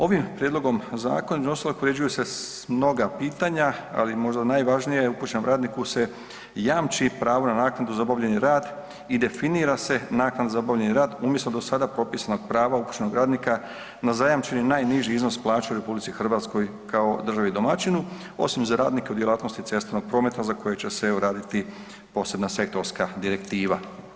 Ovim prijedlogom zakona …/nerazumljivo/… poređuju se mnoga pitanja, ali možda najvažnije je upućenom radniku se jamči pravo na naknadu za obavljeni rad i definira se naknada za obavljeni rad umjesto do sada propisanog prava upućenog radnika na zajamčeni najniži iznos plaće u RH kao državi domaćinu osim za radnike u djelatnosti cestovnog prometa za koje će se, evo, raditi posebna sektorska direktiva.